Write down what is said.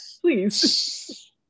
please